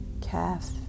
calf